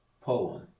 poem